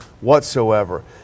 whatsoever